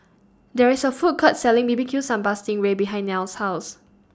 There IS A Food Court Selling B B Q Sambal Sting Ray behind Nile's House